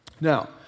Now